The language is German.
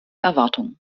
erwartungen